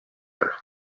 her